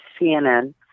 CNN